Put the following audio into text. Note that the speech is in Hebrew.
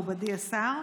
מכובדי השר,